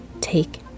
take